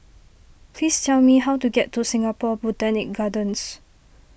please tell me how to get to Singapore Botanic Gardens